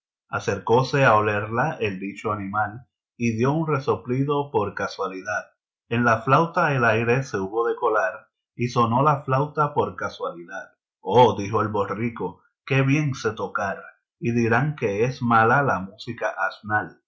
acercóse a olerla el dicho animal y dió un resoplido por casualidad en la flauta el aire se hubo de colar y sonó la flauta por casualidad oh dijo el borrico qué bien sé tocar y dirán que es mala la música asnal